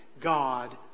God